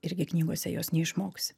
irgi knygose jos neišmoksi